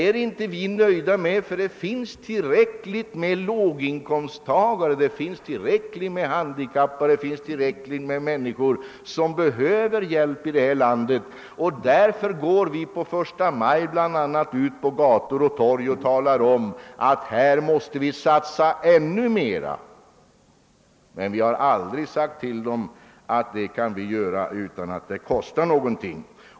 Vi är emellertid inte nöjda med detta, eftersom det finns många låginkomsttagare, många handikappade och andra som behöver hjälp. Det är därför vi. den 1 maj går ut på gator och torg och talar om att vi måste satsa ännu mer. Vi har däremot aldrig sagt att vi kan göra det utan att det kostar någonting.